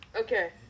Okay